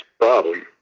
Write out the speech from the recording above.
problem